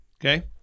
Okay